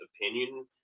opinion